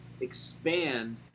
expand